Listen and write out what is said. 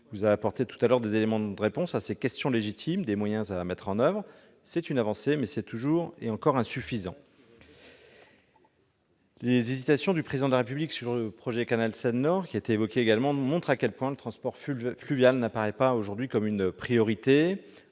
vous avez apporté tout à l'heure des éléments de réponse à cette question légitime des moyens à mettre en oeuvre. C'est une avancée, mais c'est encore et toujours insuffisant. Les hésitations du Président de la République sur le projet de canal Seine-Nord montrent à quel point le transport fluvial n'apparaît pas aujourd'hui comme une priorité.